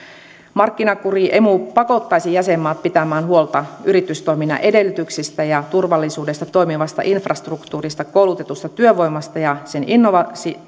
markkinakuri emu pakottaisi jäsenmaat pitämään huolta yritystoiminnan edellytyksistä ja turvallisuudesta toimivasta infrastruktuurista koulutetusta työvoimasta ja sen innovatiivisuudesta